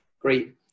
Great